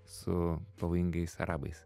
su pavojingais arabais